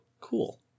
cool